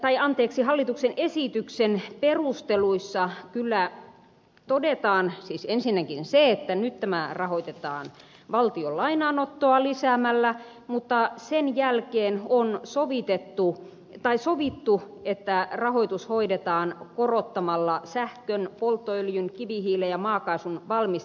täällä hallituksen esityksen perusteluissa kyllä todetaan siis ensinnäkin se että nyt tämä rahoitetaan valtion lainanottoa lisäämällä mutta sen jälkeen on sovittu että rahoitus hoidetaan korottamalla sähkön polttoöljyn kivihiilen ja maakaasun valmisteveroa